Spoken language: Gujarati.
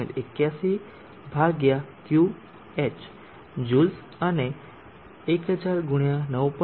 81 Qh Joules અને 1000 × 9